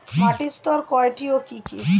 মাটির স্তর কয়টি ও কি কি?